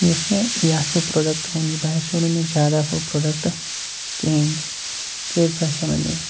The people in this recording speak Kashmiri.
یُس مےٚ یہِ اَکھ ہیوٗ پرٛوڈَکٹ اوٚن یہِ باسیو نہٕ مےٚ زیادٕ اَصٕل پرٛوڈَکٹ کِہیٖنۍ کیٛازِ باسیو نہٕ مےٚ یہِ